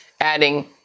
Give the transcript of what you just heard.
adding